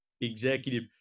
executive